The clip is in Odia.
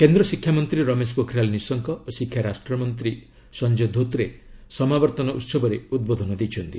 କେନ୍ଦ୍ର ଶିକ୍ଷାମନ୍ତ୍ରୀ ରମେଶ ପୋଖରିଆଲ ନିଶଙ୍କ ଓ ଶିକ୍ଷା ରାଷ୍ଟ୍ରମନ୍ତ୍ରୀ ସଞ୍ଜୟ ଧୋତ୍ରେ ସମାବର୍ତ୍ତନ ଉହବରେ ଉଦ୍ବୋଧନ ଦେଇଛନ୍ତି